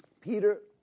Peter